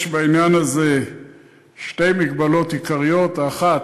יש בעניין הזה שתי מגבלות עיקריות: האחת,